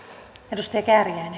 arvoisa